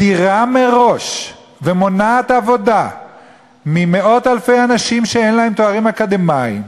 מדירה מראש ומונעת עבודה ממאות-אלפי אנשים שאין להם תארים אקדמיים,